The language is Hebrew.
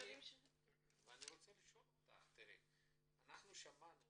אני רוצה לשאול אותך, אנחנו שמענו